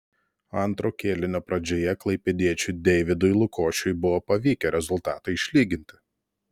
antro kėlinio pradžioje klaipėdiečiui deividui lukošiui buvo pavykę rezultatą išlyginti